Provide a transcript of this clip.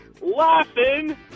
laughing